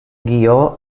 guió